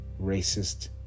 racist